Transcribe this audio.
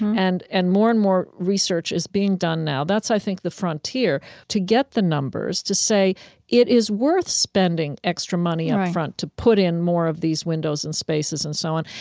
and and more and more research is being done now. that's, i think, the frontier to get the numbers to say it is worth spending extra money up front to put in more of these windows and spaces and so on.